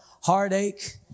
heartache